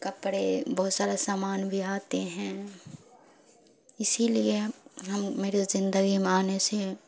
کپڑے بہت سارا سامان بھی آتے ہیں اسی لیے ہم ہم میرے زندگی میں آنے سے